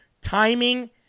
Timing